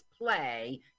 play